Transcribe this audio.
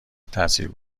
تاثیر